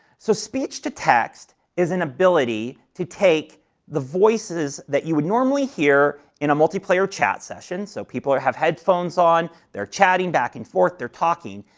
so, speech to text is an ability to take the voices that you would normally hear in a multiplayer chat session, so people have headphones on, they are chatting back and forth, they are talking,